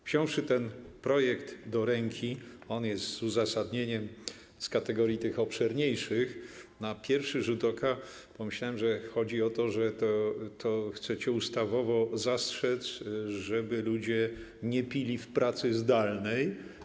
Gdy wziąłem ten projekt do ręki - on jest z uzasadnieniem z kategorii tych obszerniejszych - na pierwszy rzut oka wydawało mi się, że chodzi o to, że chcecie ustawowo zastrzec, żeby ludzie nie pili w pracy zdalnej.